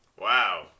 Wow